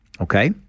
okay